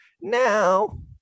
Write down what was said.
Now